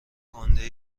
گُنده